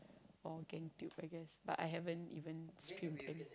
or gang tube I guess but I haven't even streamed any